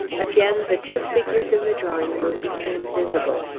again the two figures in the drawing-room became visible.